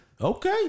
Okay